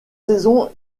saison